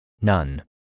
None